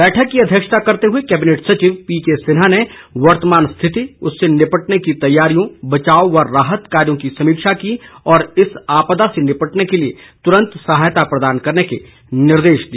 बैठक की अध्यक्षता करते हुए कैबिनेट सचिव पी के सिन्हा ने वर्तमान स्थिति उससे निपटने की तैयारियों बचाव और राहत कार्यों की समीक्षा की और इस आपदा से निपटने के लिए तुरंत सहायता प्रदान करने के निर्देश दिए